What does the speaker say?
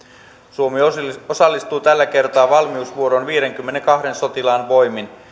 suomi osallistuu osallistuu tällä kertaa valmiusvuoroon viiteenkymmeneenkahteen sotilaan voimin